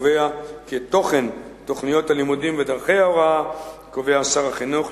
הקובע כי את תוכן תוכניות הלימודים ודרכי ההוראה קובע שר החינוך,